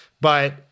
but-